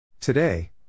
Today